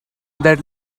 that